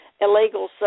illegal